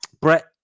Brett